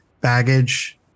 baggage